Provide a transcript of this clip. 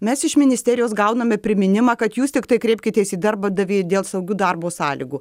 mes iš ministerijos gauname priminimą kad jūs tiktai kreipkitės į darbdavį dėl saugių darbo sąlygų